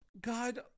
God